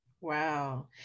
Wow